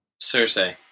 Cersei